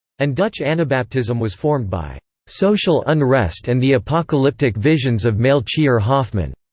and dutch anabaptism was formed by social unrest and the apocalyptic visions of melchior hoffman.